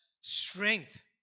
strength